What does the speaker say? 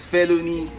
Felony